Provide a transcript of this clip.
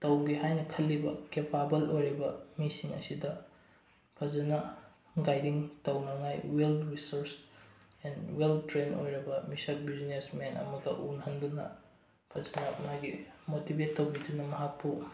ꯇꯧꯒꯦ ꯍꯥꯏꯅ ꯈꯜꯂꯤꯕ ꯀꯦꯄꯥꯕꯜ ꯑꯣꯏꯔꯤꯕ ꯃꯤꯁꯤꯡ ꯑꯁꯤꯗ ꯐꯖꯅ ꯒꯥꯏꯗꯤꯡ ꯇꯧꯅꯡꯉꯥꯏ well resource and well trained ꯑꯣꯏꯔꯕ ꯃꯤꯁꯛ ꯕꯤꯖꯤꯅꯦꯁꯃꯦꯟ ꯑꯃꯒ ꯎꯅꯍꯟꯗꯨꯅ ꯐꯖꯅ ꯃꯥꯒꯤ ꯃꯣꯇꯤꯕꯦꯠ ꯇꯧꯕꯤꯗꯨꯅ ꯃꯍꯥꯛꯄꯨ